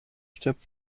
stirbt